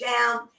down